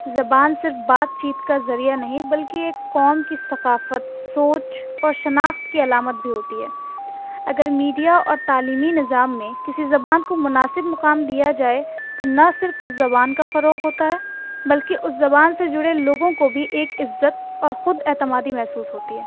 زبان صرف بات چیت کا ذریعہ نہیں بلکہ ایک قوم کی ثقافت سوچ اور شناخت کی علامت بھی ہوتی ہے اگر میڈیا اور تعلیمی نظام میں کسی زبان کو مناسب مقام دیا جائے تو نہ صرف اس زبان کا فروغ ہوتا ہے بلکہ اس زبان سے جڑے لوگوں کو بھی ایک عزت اور خود اعتمادی محسوس ہوتی ہے